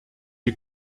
you